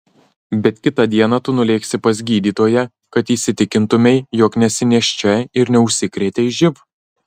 bet kitą dieną tu nulėksi pas gydytoją kad įsitikintumei jog nesi nėščia ir neužsikrėtei živ